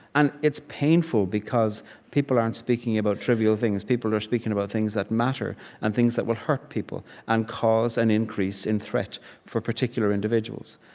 and it's painful because people aren't speaking about trivial things. people are speaking about things that matter and things that will hurt people and cause an increase in threat for particular individuals.